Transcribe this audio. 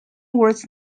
was